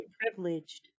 privileged